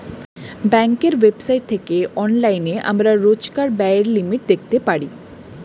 ব্যাঙ্কের ওয়েবসাইট থেকে অনলাইনে আমরা রোজকার ব্যায়ের লিমিট দেখতে পারি